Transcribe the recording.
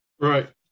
Right